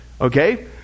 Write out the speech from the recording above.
okay